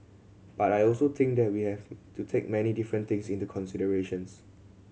but I also think that we have to take many different things into considerations